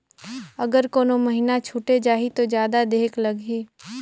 अगर कोनो महीना छुटे जाही तो जादा देहेक लगही?